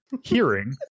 Hearing